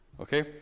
Okay